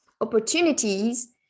opportunities